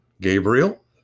Gabriel